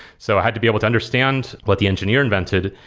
so i had to be able to understand what the engineer invented,